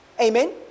Amen